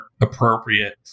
appropriate